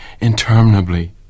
interminably